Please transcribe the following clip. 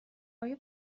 آیا